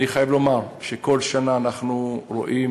אני חייב לומר שכל שנה אנחנו רואים,